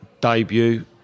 debut